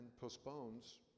postpones